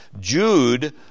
Jude